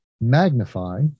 Magnify